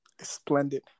splendid